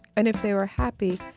and if they were happy,